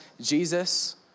Jesus